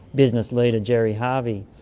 business leader gerry harvey,